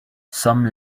some